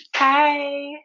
Hi